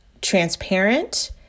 transparent